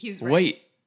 Wait